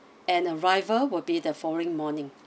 and arrival will be the following morning